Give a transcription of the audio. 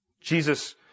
Jesus